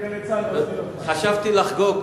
חשבתי לחגוג,